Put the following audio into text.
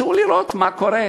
צאו לראות מה קורה,